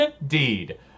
Indeed